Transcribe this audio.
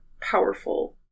powerful